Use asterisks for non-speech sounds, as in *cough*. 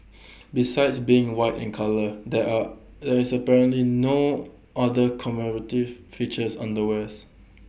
*noise* besides being white in colour there are there is apparently no other commemorative features on the wares